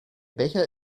becher